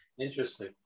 Interesting